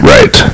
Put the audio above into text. Right